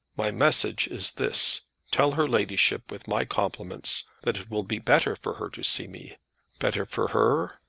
my message is this tell her ladyship, with my compliments, that it will be better for her to see me better for her,